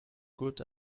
good